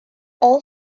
all